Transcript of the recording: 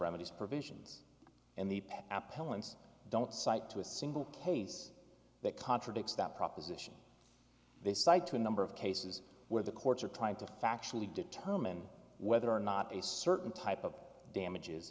remedies provisions and the apple ones don't cite to a single case that contradicts that proposition they cite to a number of cases where the courts are trying to factually determine whether or not a certain type of damages